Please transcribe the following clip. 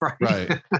right